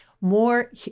more